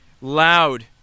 loud